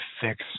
fix